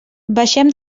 baixem